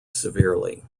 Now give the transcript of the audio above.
severely